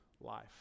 life